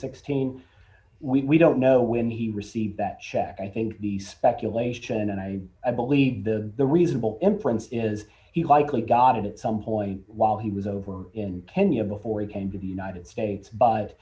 sixteen we don't know when he received that check i think the speculation and i believe the the reasonable inference is he likely got it at some point while he was over in kenya before he came to the united states but